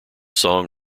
song